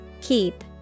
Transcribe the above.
Keep